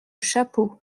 chapeaux